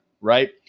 right